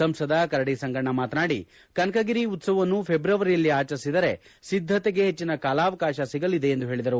ಸಂಸದ ಕರಡಿ ಸಂಗಣ್ಣ ಮಾತನಾಡಿ ಕನಕಗಿರಿ ಉತ್ಸವವನ್ನು ಫೆಬ್ರವರಿಯಲ್ಲಿ ಆಚರಿಸಿದರೆ ಸಿದ್ದತೆಗೆ ಹೆಚ್ಚನ ಕಾಲಾವಕಾಶ ಸಿಗಲಿದೆ ಎಂದು ಹೇಳಿದರು